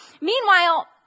meanwhile